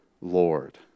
Lord